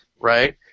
right